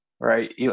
Right